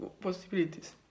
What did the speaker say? possibilities